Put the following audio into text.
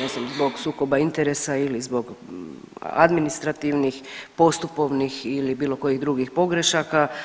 ne znam zbog sukoba interesa ili zbog administrativnih, postupovnih ili bilo kojih drugih pogrešaka.